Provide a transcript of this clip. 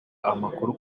amakuru